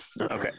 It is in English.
Okay